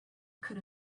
could